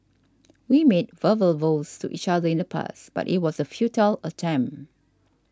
we made verbal vows to each other in the past but it was a futile attempt